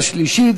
21 בעד.